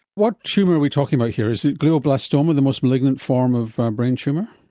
what tumour are we talking about here? is it glioblastoma, the most malignant form of brain tumour?